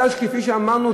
כפי שאמרנו,